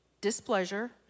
displeasure